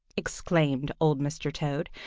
exclaimed old mr. toad,